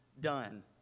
done